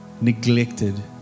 neglected